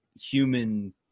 human